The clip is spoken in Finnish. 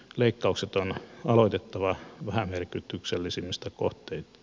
leikkaukset on aloitettava vähämerkityksellisimmistä kohteista